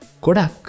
Kodak